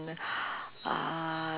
uh